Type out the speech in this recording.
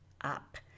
up